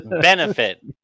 Benefit